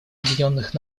объединенных